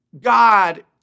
God